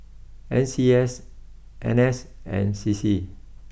N C S N S and C C